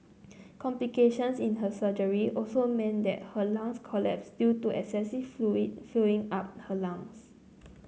complications in her surgery also meant that her lungs collapsed due to excessive fluid filling up her lungs